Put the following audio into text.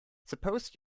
suppose